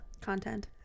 content